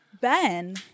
Ben